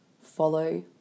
follow